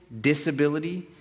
disability